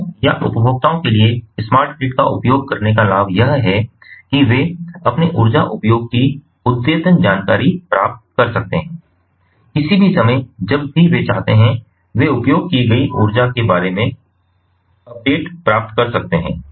ग्राहकों या उपभोक्ताओं के लिए स्मार्ट ग्रिड का उपयोग करने का लाभ यह है कि वे अपने ऊर्जा उपयोग की अद्यतन जानकारी प्राप्त कर सकते हैं किसी भी समय जब भी वे चाहते हैं वे उपयोग की गई ऊर्जा के बारे में अपडेट प्राप्त कर सकते हैं